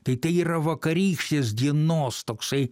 tai tai yra vakarykštės dienos toksai